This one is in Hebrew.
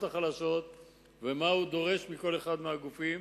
החלשות ומה הוא דורש מכל אחד מהגופים.